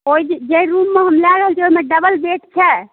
ओहि जे जाहि रूम हम लए रहल छी ओहिमे डबल बेड छै